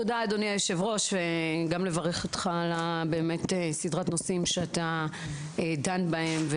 אני רוצה לברך אותך על סדרת הנושאים שאתה דן בהם.